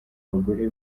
bagore